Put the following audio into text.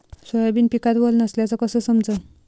Soybean पिकात वल नसल्याचं कस समजन?